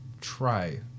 try